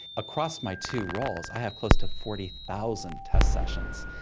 across my two roles i have close to forty thousand test sessions.